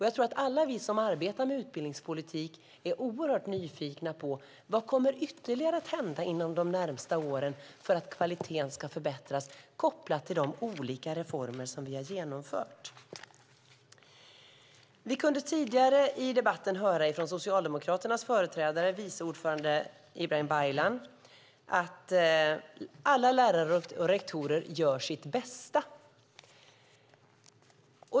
Jag tror att alla vi som arbetar med utbildningspolitik är oerhört nyfikna på vad som ytterligare kommer att hända inom de närmaste åren för att kvaliteten ska förbättras, kopplat till de olika reformer som vi har genomfört. Vi kunde tidigare i debatten höra från Socialdemokraternas företrädare, vice ordförande Ibrahim Baylan, att alla lärare och rektorer gör sitt bästa.